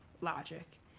Logic